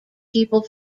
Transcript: people